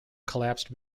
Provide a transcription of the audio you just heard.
collapsed